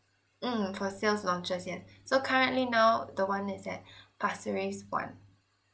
mm for sales launches yes so currently now the one is at pasir ris one